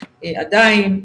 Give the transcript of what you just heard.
עדיין,